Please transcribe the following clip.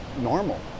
normal